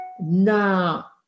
Now